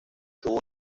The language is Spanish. tuvo